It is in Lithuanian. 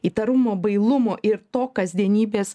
įtarumo bailumo ir to kasdienybės